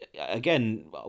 again